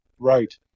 right